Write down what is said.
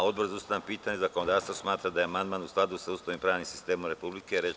Odbor za ustavna pitanja i zakonodavstvo smatra da je amandman u skladu sa Ustavom i pravnim sistemom Republike Srbije.